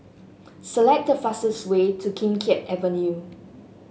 select the fastest way to Kim Keat Avenue